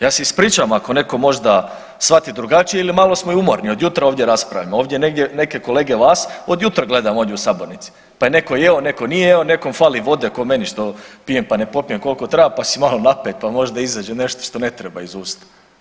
Ja se ispričavam ako netko možda shvati drugačije ili malo smo i umorni od jutra ovdje raspravljamo, ovdje neke kolege vas od jutra gledam ovdje u sabornici, pa je netko jeo, netko nije jeo, nekom fali vode po meni što pijem pa ne popijem koliko treba pa si malo napet pa možda izađe nešto što ne treba iz usta.